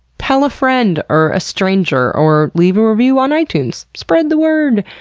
tell a friend or a stranger, or leave a review on itunes. spread the word!